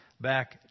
back